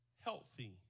healthy